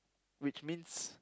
which means